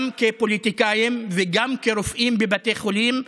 גם כפוליטיקאים וגם כרופאים בבתי חולים,